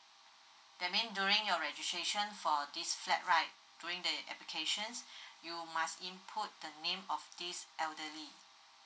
that mean during your registration for this flat right during that your applications you must input the name of this elderly